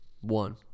one